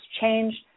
changed